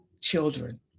children